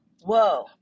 Whoa